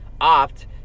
opt